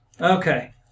Okay